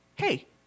hey